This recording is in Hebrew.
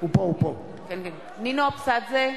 נינו אבסדזה,